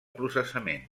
processament